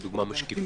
לדוגמה משקיפים,